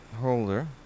holder